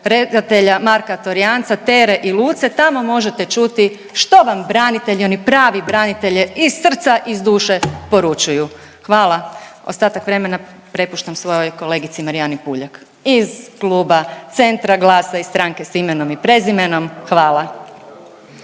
redatelja Marka Torjanca Tere i Luce, tamo možete čuti što vam branitelji oni pravi branitelji iz srca iz duše poručuju. Hvala, ostatak vremena prepuštam svojoj kolegici Marijani Puljak iz Kluba Centra, GLAS-a i Stranke s imenom i prezimenom. Hvala.